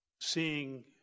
seeing